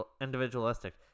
individualistic